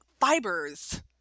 fibers